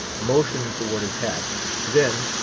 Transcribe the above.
motioned toward his hat then,